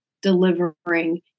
delivering